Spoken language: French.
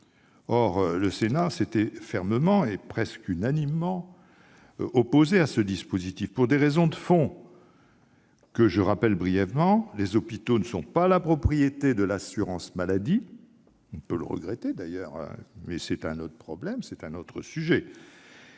Or le Sénat s'était fermement, et presque unanimement, opposé à ce dispositif pour des raisons de fond que je rappelle brièvement : les hôpitaux ne sont pas la propriété de l'assurance maladie- on peut le regretter, mais c'est un autre sujet -, qui n'assure